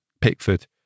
Pickford